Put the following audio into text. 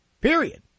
Period